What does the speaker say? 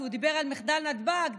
כי הוא דיבר על מחדל נתב"ג,